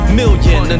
million